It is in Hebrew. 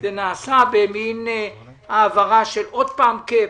זה נעשה במין העברה של עוד פעם cap,